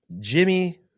Jimmy